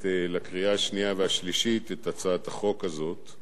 לקריאה השנייה והשלישית את הצעת החוק הזאת,